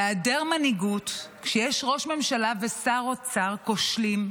בהיעדר מנהיגות, כשיש ראש ממשלה ושר אוצר כושלים,